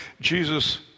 Jesus